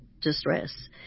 distress